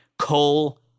coal